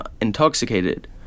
intoxicated